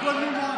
הכול הונח.